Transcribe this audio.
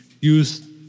use